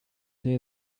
day